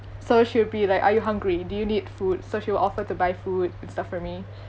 so she'll be like are you hungry do you need food so she will offer to buy food and stuff for me